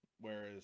Whereas